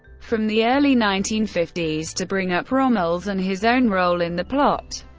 from the early nineteen fifty s, to bring up rommel's and his own role in the plot,